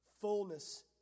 fullness